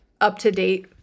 up-to-date